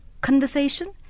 conversation